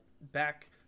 back